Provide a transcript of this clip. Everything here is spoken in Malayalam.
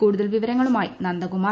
കൂടുതൽ വിവരങ്ങളുമായി നന്ദകുമാർ